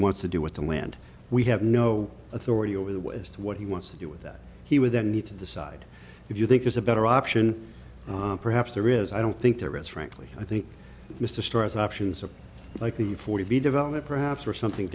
wants to do with the wind we have no authority over the west what he wants to do with that he would then need to decide if you think there's a better option perhaps there is i don't think there is frankly i think mr starr has options are likely for the development perhaps for something